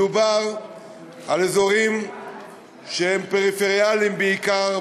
מדובר על אזורים שהם פריפריאליים בעיקר,